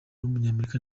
w’umunyamerika